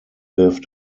lived